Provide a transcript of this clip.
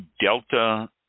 Delta